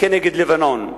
נגד לבנון,